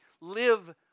live